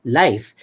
life